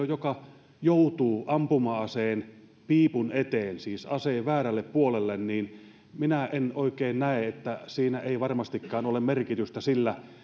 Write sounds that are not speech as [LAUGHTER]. [UNINTELLIGIBLE] joka joutuu ampuma aseen piipun eteen siis aseen väärälle puolelle minä näen että siinä ei varmastikaan ole merkitystä sillä